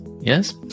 yes